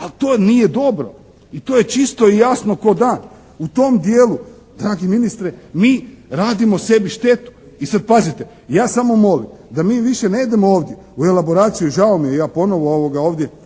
Ali to nije dobro i to je čisto jasno kao dan. U tom dijelu, dragi ministre, mi radimo sebi štetu. I sad pazite, ja samo molim da mi više ne idemo ovdje u elaboraciju i žao mi je ja ponovo ovdje